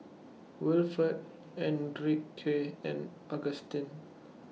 Wilford Enrique and Agustin